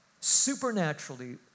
supernaturally